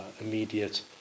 immediate